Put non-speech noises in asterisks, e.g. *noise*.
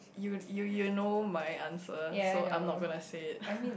you you you know my answer so I'm not gonna say it *breath*